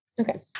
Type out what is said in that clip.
Okay